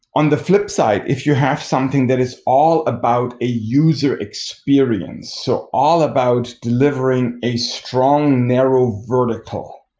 on the flip side, if you have something that is all about a user experience. so all about delivering a strong narrow vertical,